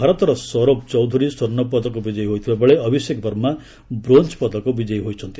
ଭାରତର ସୌରଭ ଚୌଧୁରୀ ସ୍ୱର୍ଷପଦକ ବିଜୟୀ ହୋଇଥିବାବେଳେ ଅଭିଷେକ ବର୍ମା ବ୍ରୋଞ୍ଜପଦକ ବିଜୟୀ ହୋଇଛନ୍ତି